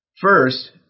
First